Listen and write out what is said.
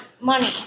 money